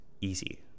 easy